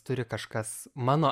turi kažkas mano